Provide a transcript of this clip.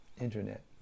internet